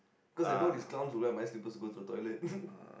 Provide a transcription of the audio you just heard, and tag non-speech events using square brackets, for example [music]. cause I know these clowns will wear my slippers to go to the toilet [laughs]